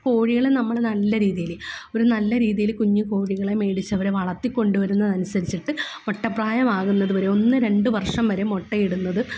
കോഴികളെ നമ്മള് നല്ല രീതിയില് ഒരു നല്ല രീതിയില് കുഞ്ഞു കോഴികളെ മേടിച്ചവരെ വളര്ത്തിക്കൊണ്ട് വരുന്നതനുസരിച്ചിട്ട് മുട്ടപ്പ്രായമാകുന്നതു വരെ ഒന്ന് രണ്ട് വർഷം വരെ മുട്ടയിടുന്നത്